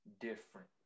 different